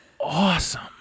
Awesome